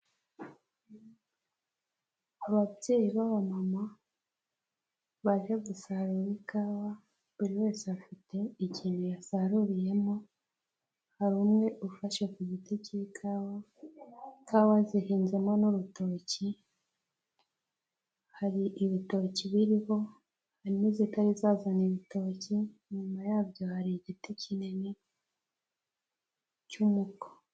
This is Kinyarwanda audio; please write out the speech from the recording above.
Ababyeyi b'amama baje gusarura ikawa buri wese afite ikintu yasaruriyemo; hari umwe ufashe ku giti cy'ikawa, ikawa zihinzemo n'urutoki; hari ibitoki biriho, hari nizitarazana ibitoki. Inyuma yabyo hari igiti kinini cy'umuko.